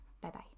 Bye-bye